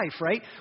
right